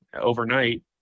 overnight